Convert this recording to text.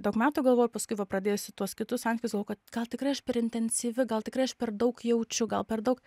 daug metų galvojau ir paskui va pradėjusi tuos kitus santykius galvojau kad gal tikrai aš per intensyvi gal tikrai aš per daug jaučiu gal per daug